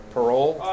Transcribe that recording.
Parole